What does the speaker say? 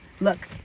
look